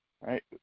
right